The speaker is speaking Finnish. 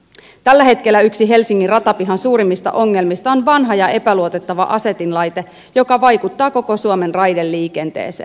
tällä hetkellä yksi helsingin ratapihan suurimmista ongelmista on vanha ja epäluotettava asetinlaite joka vaikuttaa koko suomen raideliikenteeseen